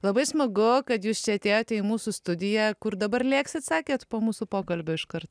labai smagu kad jūs čia atėjote į mūsų studiją kur dabar lėksit sakė po mūsų pokalbio iškart